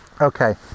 okay